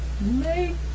Make